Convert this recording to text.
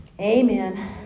Amen